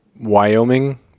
wyoming